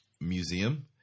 museum